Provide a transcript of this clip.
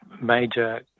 major